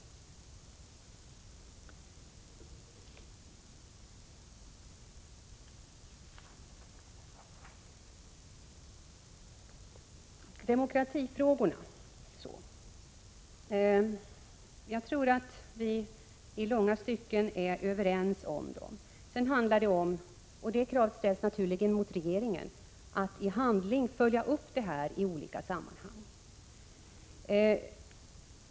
När det gäller demokratifrågorna tror jag att vi är överens i långa stycken. Sedan krävs det — och det kravet ställs naturligen på regeringen — att i handling följa upp intentionerna i olika sammanhang.